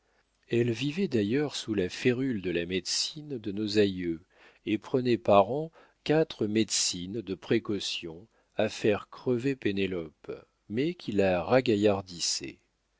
elle vivait d'ailleurs sous la férule de la médecine de nos aïeux et prenait par an quatre médecines de précaution à faire crever pénélope mais qui la ragaillardissaient